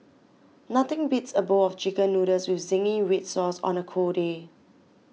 nothing beats a bowl of Chicken Noodles with Zingy Red Sauce on a cold day